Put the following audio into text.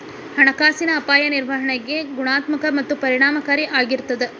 ಹಣಕಾಸಿನ ಅಪಾಯ ನಿರ್ವಹಣೆ ಗುಣಾತ್ಮಕ ಮತ್ತ ಪರಿಣಾಮಕಾರಿ ಆಗಿರ್ತದ